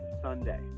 Sunday